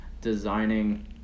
designing